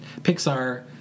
Pixar